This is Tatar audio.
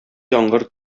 яңгыр